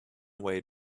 away